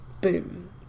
Boom